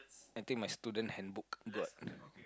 i think my student handbook